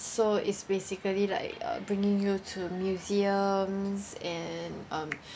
so is basically like uh bringing you to museums and um